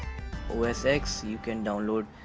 or os x you can download